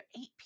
eight